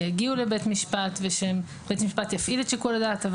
יגיעו לבית משפט ושבית משפט יפעיל את שיקול הדעת.